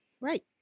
Right